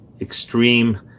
extreme